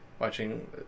watching